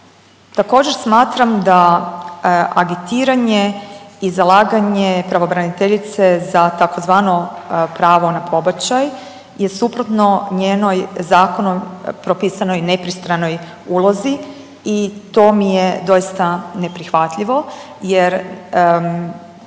Također smatram da agitiranje i zalaganje pravobraniteljice za tzv. pravo na pobačaj je suprotnoj zakonom propisanoj nepristranoj ulozi i to mi je doista neprihvatljivo jer